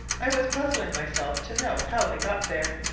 i was puzzling myself to know how they got there,